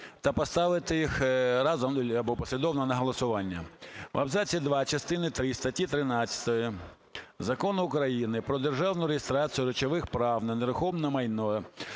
та поставити їх разом або послідовно на голосування. "В абзаці 2 частини 3 статті 13 Закону України "Про державну реєстрацію речових прав на нерухоме майно